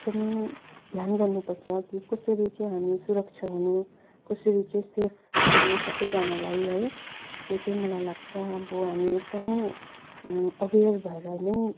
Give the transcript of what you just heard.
एकदमै ध्यान गर्नुपर्छ कि कसरी चाहिँ हामी सुरक्षा हुनु कसरी चाहिँ सेफ गर्नु सबैजनालाई है त्यो चाहिँ मलाई लाग्छ अब हामी एकदमै अवेयर भएर नै